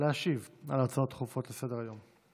להשיב על ההצעות הדחופות לסדר-היום.